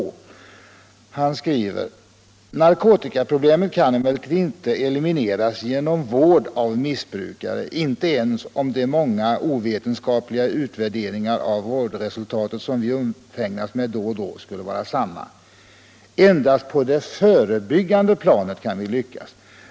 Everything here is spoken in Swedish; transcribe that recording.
”Narkotikaproblemet kan emellertid inte elimineras genom vård av missbrukare, inte ens om de många oventenskapliga utvärderingar av vårdresultat, som vi undfägnas med då och då, skulle vara sanna. Endast på det förebyggande planet kan vi lyckas!